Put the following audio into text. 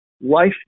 life